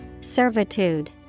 Servitude